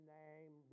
name